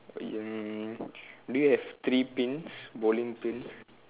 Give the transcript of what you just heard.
um do you have three pins bowling pins